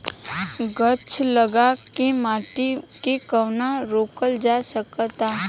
गाछ लगा के माटी के कटाव रोकल जा सकता